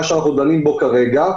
מה שאנחנו דנים בו כרגע,